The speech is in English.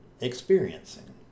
experiencing